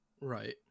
right